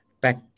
back